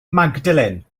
magdalen